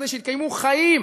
כדי שיתקיימו חיים.